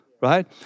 right